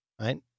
right